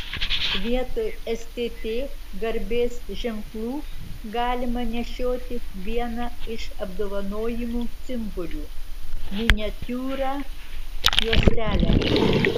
vietoj stt garbės ženklų galima nešioti vieną iš apdovanojimų simbolių miniatiūrą juostelę